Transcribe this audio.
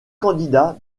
candidat